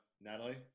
natalie